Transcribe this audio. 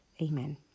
Amen